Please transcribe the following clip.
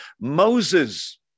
Moses